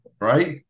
right